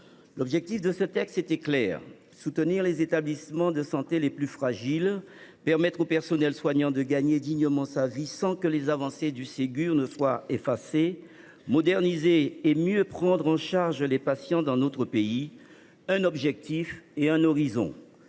L’objectif du texte était clair : soutenir les établissements de santé les plus fragiles, permettre au personnel soignant de gagner dignement sa vie sans que les avancées du Ségur soient effacées, moderniser et mieux prendre en charge les patients dans notre pays. Un objectif, et un horizon